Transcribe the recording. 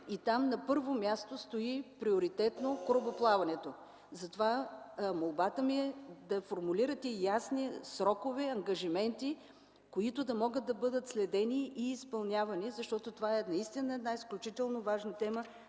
И там на първо място стои приоритетно корабоплаването. Затова молбата ми е да формулирате ясни срокове и ангажименти, които да могат да бъдат следени и изпълнявани, защото това наистина е една изключително важна тема